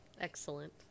Excellent